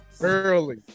Early